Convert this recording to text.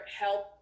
help